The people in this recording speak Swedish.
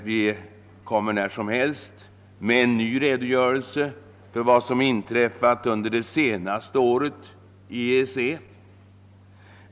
Vi kommer när som helst med en ny redogörelse för vad som inträffat under det senaste året i EEC.